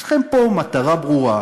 יש לכם פה מטרה ברורה: